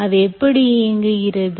அது எப்படி இயங்குகிறது